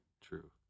True